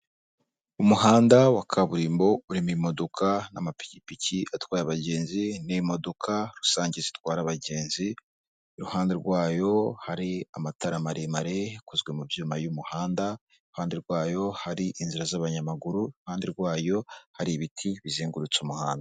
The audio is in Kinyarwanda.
Umuhanda wa kaburimbo urimo imodoka n'amapikipiki atwaye abagenzi n'imodoka rusange zitwara abagenzi, iruhande rwayo hari amatara maremare akozwe mu byuma y'umuhanda, iruhande rwayo hari inzira z'abanyamaguru, iruhande rwayo hari ibiti bizengurutse umuhanda.